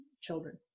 children